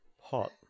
Hot